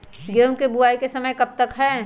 गेंहू की बुवाई का समय कब तक है?